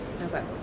Okay